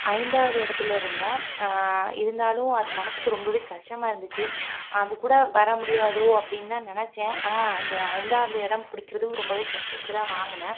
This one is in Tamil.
ஐந்தாவது இடத்துல இருந்தேன் இருந்தாலும் அது மனதுக்கு ரொம்பவே கஷ்டமாக இருந்துச்சு அதுக்கூட வரமுடியாதோ அப்படினு தான் நினச்சேன் ஆனால் அந்த ஐந்தாவது இடம் பிடிக்கிறதும் ரொம்பவே கஷ்டப்பட்டு தான் வாங்கினேன்